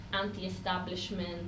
anti-establishment